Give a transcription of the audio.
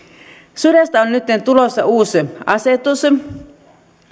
sudesta on nytten tulossa uusi asetus